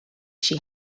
she